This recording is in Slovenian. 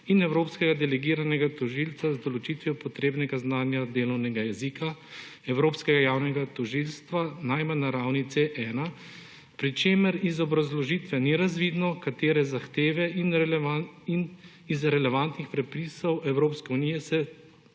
in evropskega delegiranega tožilca z določitvijo potrebnega znanja delovnega jezika evropskega javnega tožilstva najmanj na ravni C1, pri čemer iz obrazložitve ni razvidno, katere zahteve in iz relevantnih predpisov Evropske unije se s tem